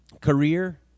career